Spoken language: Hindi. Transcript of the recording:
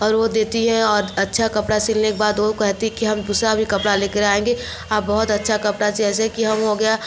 और वो देती है और अच्छा कपड़ा सिलने के बाद वो कहती कि हम दूसरा भी कपड़ा लेकर आएंगे आप बहुत अच्छा कपड़ा जैसे कि हम हो गया